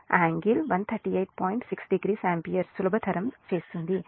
60 ఆంపియర్ను సులభతరం చేస్తుంది